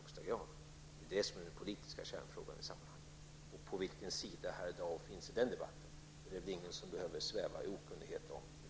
Det är den politiska kärnfrågan i sammanhanget. På vilken sida herr Dau finns i den debatten är det väl ingen som behöver sväva i okunnighet om i den här kammaren.